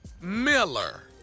Miller